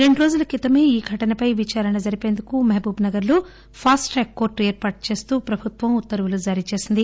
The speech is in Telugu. రెండు రోజుల క్రితమే ఈ ఘటన పై విచారణ జరిపేందుకు మహబూబ్ నగర్ లో ఫాస్ట్ ట్రాక్ కోర్లు ఏర్పాటు చేస్తూ ప్రభుత్వం ఉత్తర్వులు జారీ చేసింది